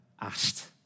asked